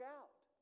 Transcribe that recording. out